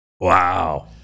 wow